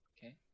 okay